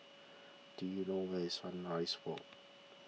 do you know where is Sunrise Walk